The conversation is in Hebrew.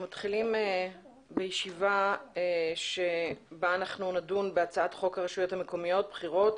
אנחנו מתחילים בישיבה בה נדון בהצעת חוק הרשויות המקומיות (בחירות)